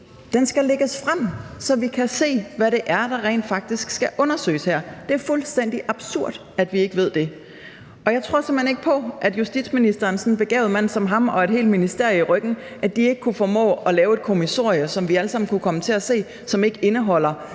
skal lægges frem, så vi kan se, hvad det er, der her rent faktisk skal undersøges. Det er fuldstændig absurd, at vi ikke ved det, og jeg tror simpelt hen ikke på, at sådan en begavet mand som justitsministeren med et helt ministerium i ryggen ikke har kunnet formå at lave et kommissorie, som vi alle sammen kunne komme til at se, og som ikke indeholder